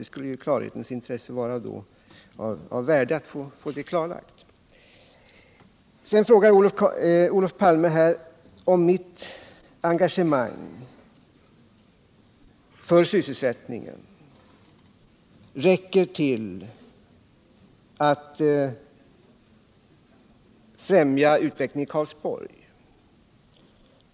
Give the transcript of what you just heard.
Det skulle i klarhetens intresse vara av värde att få veta det. Olof Palme frågar om mitt engagemang för sysselsättningen räcker till att främja utvecklingen i Karlsborg.